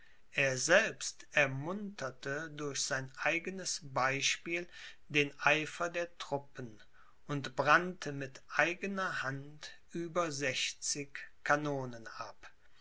er selbst ermunterte durch sein eigenes beispiel den eifer der truppen und brannte mit eigener hand über sechzig kanonen ab